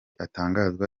atangazwa